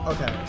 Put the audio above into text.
Okay